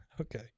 Okay